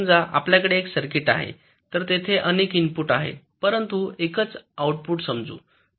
समजा आपल्याकडे एक सर्किट आहे तर तेथे अनेक इनपुट आहेत परंतु एकच आउटपुट समजू